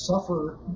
suffer